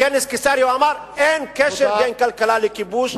בכנס קיסריה הוא אמר: אין קשר בין כלכלה לכיבוש.